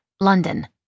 London